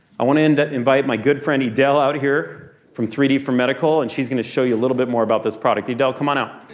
i want to and invite my good friend, edel, out here from three d four medical, and she's gonna show you a little bit more about this product. edel, come on out.